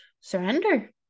surrender